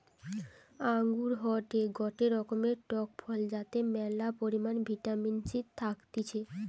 আঙ্গুর হয়টে গটে রকমের টক ফল যাতে ম্যালা পরিমাণে ভিটামিন সি থাকতিছে